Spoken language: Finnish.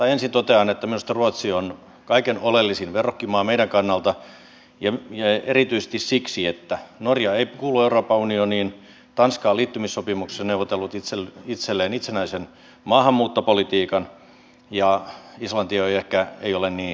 ensin totean että minusta ruotsi on kaikkein oleellisin verrokkimaa meidän kannaltamme ja erityisesti siksi että norja ei kuulu euroopan unioniin tanska on liittymissopimuksessa neuvotellut itselleen itsenäisen maahanmuuttopolitiikan ja islanti ei ehkä ole niin relevantti